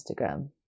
Instagram